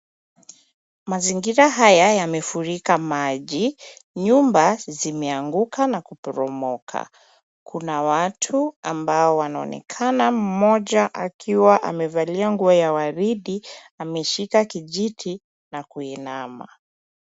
Mazingira haya yamefurika maji, nyumba zimeanguka na kuporomoka. Kuna watu ambao wanaonekana mmoja akiwa amevalia nguo ya waridi ameshika kijiti na kuinama.